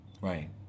Right